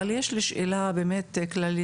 אבל יש לי שאלה באמת כללית,